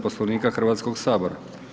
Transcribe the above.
Poslovnika Hrvatskog sabora.